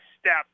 step